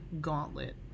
gauntlet